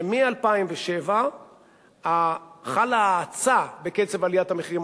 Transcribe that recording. שמ-2007 חלה האצה בקצב עליית המחירים.